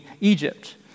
Egypt